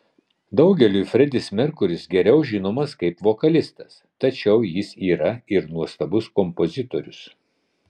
daugeliui fredis merkuris geriau žinomas kaip vokalistas tačiau jis yra ir nuostabus kompozitorius